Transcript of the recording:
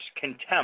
contempt